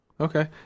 Okay